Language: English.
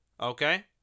okay